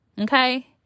Okay